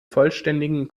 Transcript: vollständigen